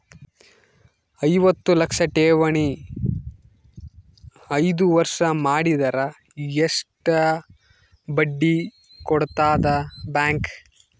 ಐವತ್ತು ಲಕ್ಷ ಠೇವಣಿ ಐದು ವರ್ಷ ಮಾಡಿದರ ಎಷ್ಟ ಬಡ್ಡಿ ಕೊಡತದ ಬ್ಯಾಂಕ್?